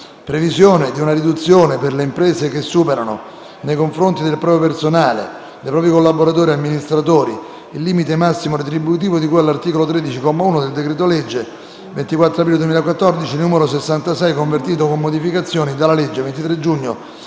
previsione di una riduzione per le imprese che superano, nei confronti del proprio personale, dei propri collaboratori e amministratori, il limite massimo retributivo di cui all'articolo 13, comma 1, del decreto-legge 24 aprile 2014, n. 66, convertito, con modificazioni, dalla legge 23 giugno